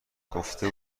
گفته